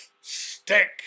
Stick